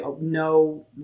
no